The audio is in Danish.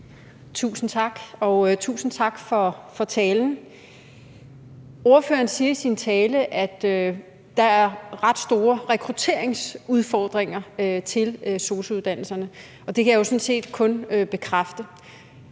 Tusind tak, og tusind tak for talen. Ordføreren siger i sin tale, at der er ret store rekrutteringsudfordringer i forhold til sosu-uddannelserne, og det kan jeg jo sådan set kun bekræfte.